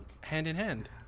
Hand-in-hand